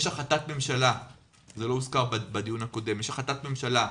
לא הוזכר בדיון הקודם שיש החלטת ממשלה,